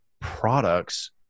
products